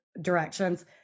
directions